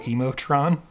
Emotron